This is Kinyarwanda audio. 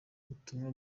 butumwa